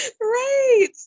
Right